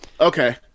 Okay